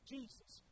Jesus